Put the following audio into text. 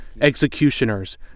executioners